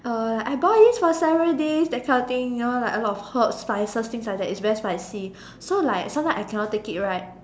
uh I buy this for several days that kind of thing you know like a lot of herbs spices things like that it's very spicy so like sometimes I cannot take it right